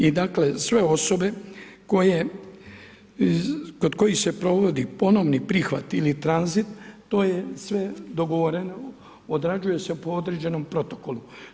I dakle, sve osobe koje kod kojih se provodi ponovni prihvat ili tranzit to je sve dogovoreno, odrađuje se po određenom protokolu.